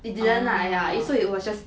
it didn't lah it's so it was just